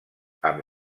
amb